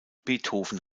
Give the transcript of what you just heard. beethoven